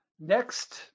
Next